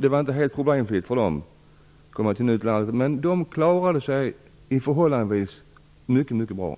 Det var inte helt problemfritt för de människorna att komma till ett nytt land. Men de klarade sig förhållandevis bra.